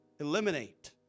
eliminate